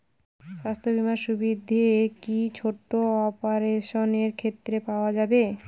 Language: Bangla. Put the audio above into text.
স্বাস্থ্য বীমার সুবিধে কি ছোট অপারেশনের ক্ষেত্রে পাওয়া যাবে?